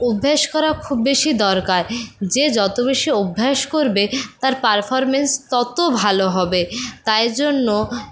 অভ্যেস করা খুব বেশি দরকার যে যত বেশি অভ্যাস করবে তার পারফরমেন্স ততো ভালো হবে তাই জন্য